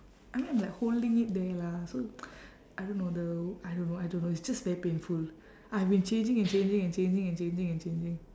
I mean I'm like holding it there lah so I don't know the I don't know I don't know it's just very painful I've been changing and changing and changing and changing and changing